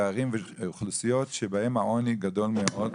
ערים ואוכלוסיות שבהם העוני גדול מאוד.